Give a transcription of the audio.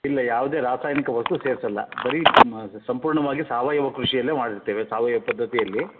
ಇಲ್ಲ ಯಾವುದೇ ರಾಸಾಯನಿಕ ವಸ್ತು ಸೇರ್ಸೋಲ್ಲ ಬರೀ ಮ ಸಂಪೂರ್ಣವಾಗಿ ಸಾವಯವ ಕೃಷಿಯಲ್ಲೇ ಮಾಡಿರ್ತೇವೆ ಸಾವಯವ ಪದ್ಧತಿಯಲ್ಲಿ